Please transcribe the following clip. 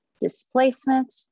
displacement